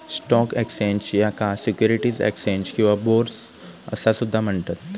stock exchange, याका securities exchange किंवा bourse असा सुद्धा म्हणतत